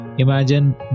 Imagine